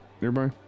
nearby